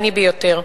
העני ביותר.